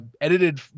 edited